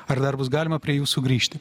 ar dar bus galima prie jų sugrįžti